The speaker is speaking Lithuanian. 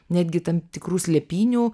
netgi tam tikrų slėpynių